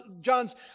John's